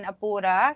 Apura